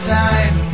time